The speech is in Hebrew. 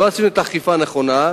לא עשינו את האכיפה הנכונה,